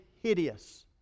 hideous